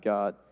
God